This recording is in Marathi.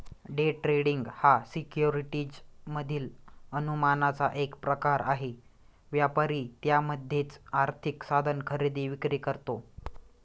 डे ट्रेडिंग हा सिक्युरिटीज मधील अनुमानाचा एक प्रकार आहे, व्यापारी त्यामध्येच आर्थिक साधन खरेदी विक्री करतो